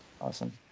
Awesome